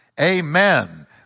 amen